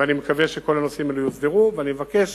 אני מקווה שכל הנושאים האלה יוסדרו, ואני מבקש